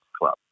Club